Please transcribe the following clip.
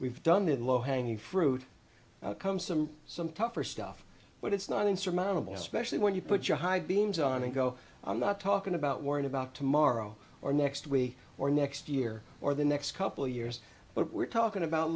we've done the low hanging fruit come some some tougher stuff but it's not insurmountable especially when you put your high beams on and go i'm not talking about worrying about tomorrow or next week or next year or the next couple years but we're talking about